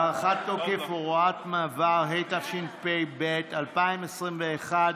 (הארכת תוקף הוראת מעבר), התשפ"ב 2021,